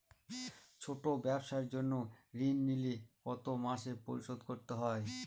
ছোট ব্যবসার জন্য ঋণ নিলে কত মাসে পরিশোধ করতে হয়?